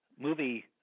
movie